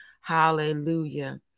Hallelujah